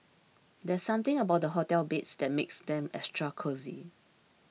there's something about the hotel beds that makes them extra cosy